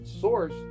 source